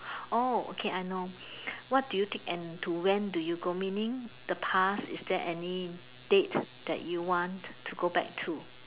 oh okay I know what do you take and to when do you go meaning the past is there any date that you want to go back to